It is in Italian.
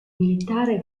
militare